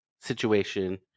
situation